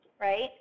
right